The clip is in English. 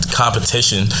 competition